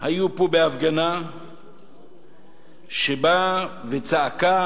היו פה בהפגנה שבאה וצעקה